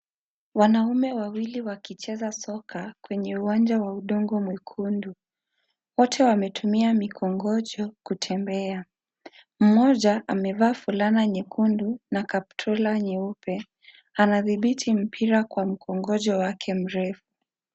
Wanaume wawili wakicheza soka kwenye uwanja wa udongo Mwekundu. Wote wametumia mikongojo kutembea. Mmoja amevaa fulana nyekundu na kaptula nyeupe. Anathibiti mpira kwa mkongojo wake mrefu.